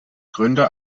gründer